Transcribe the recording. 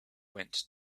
went